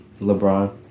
LeBron